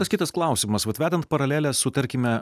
tas kitas klausimas vat vedant paralelę su tarkime